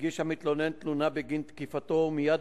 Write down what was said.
הגיש המתלונן תלונה בגין תקיפתו ומייד,